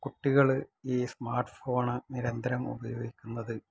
കുട്ടികള് ഈ smart phone നിരന്തരം ഉപയോഗിക്കുന്നത്